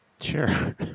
Sure